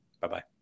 Bye-bye